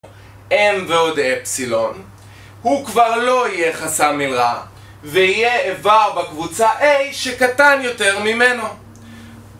M ועוד אפסילון, הוא כבר לא יהיה חסם מלרע, ויהיה איבר בקבוצה A שקטן יותר ממנו